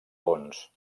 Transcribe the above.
fons